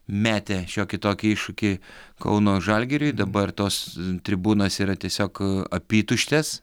metė šiokį tokį iššūkį kauno žalgiriui dabar tos tribūnos yra tiesiog apytuštės